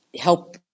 help